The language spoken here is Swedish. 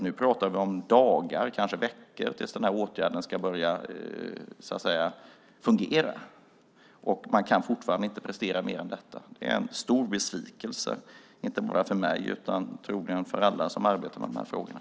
Nu pratar vi om dagar, kanske veckor, tills den här åtgärden ska börja gälla, och man kan fortfarande inte prestera mer än detta. Det är en stor besvikelse, inte bara för mig utan troligen för alla som arbetar med de här frågorna.